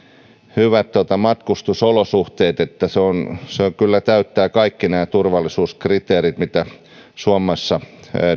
hyvät matkustusolosuhteet se kyllä täyttää kaikki nämä turvallisuuskriteerit mitä suomessa